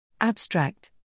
Abstract